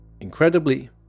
Incredibly